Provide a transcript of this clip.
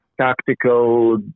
tactical